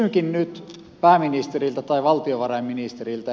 kysynkin nyt pääministeriltä tai valtiovarainministeriltä